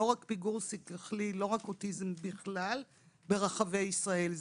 לא רק פיגור שכלי, לא רק אוטיזם, ברחבי ישראל.